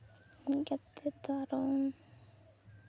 ᱦᱮᱡ ᱠᱟᱛᱮ ᱫᱚ ᱟᱨᱚ